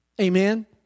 Amen